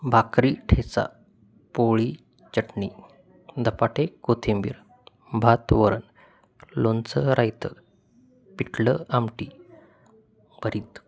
भाकरी ठेचा पोळी चटणी धपाटे कोथिंबीर भात वरण लोणचं रायतं पिठलं आमटी भरीत